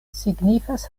signifas